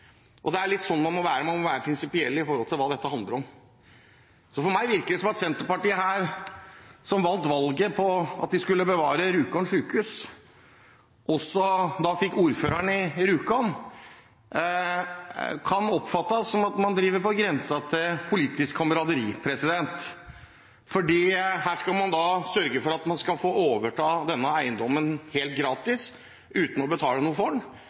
Det er litt sånn man må være. Man må være prinsipiell i forhold til hva dette handler om. For meg virker det som om Senterpartiet, som vant valget på at de skulle bevare Rjukan sykehus og også fikk ordføreren i Rjukan, driver på grensen til politisk kameraderi, fordi her skal man sørge for at man skal få overta denne eiendommen helt gratis, uten å betale